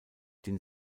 den